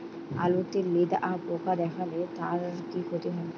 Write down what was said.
আলুতে লেদা পোকা দেখালে তার কি ক্ষতি হয়?